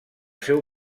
seu